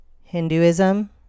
hinduism